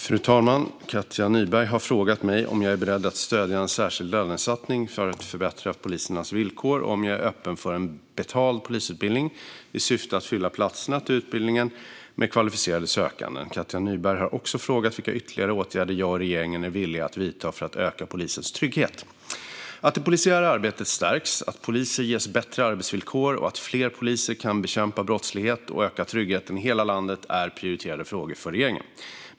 Fru talman! Katja Nyberg har frågat mig om jag är beredd att stödja en särskild lönesatsning för att förbättra polisernas villkor och om jag är öppen för en betald polisutbildning i syfte att fylla platserna på utbildningen med kvalificerade sökande. Katja Nyberg har också frågat vilka ytterligare åtgärder jag och regeringen är villiga att vidta för att öka polisers trygghet. Att det polisiära arbetet stärks, att poliser ges bättre arbetsvillkor och att fler poliser kan bekämpa brottsligheten och öka tryggheten i hela landet är prioriterade frågor för regeringen.